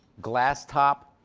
glass top,